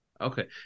Okay